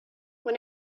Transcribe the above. when